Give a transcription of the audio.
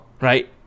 Right